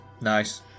Nice